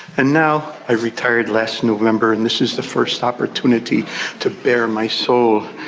and now i retired last november and this is the first opportunity to bear my soul.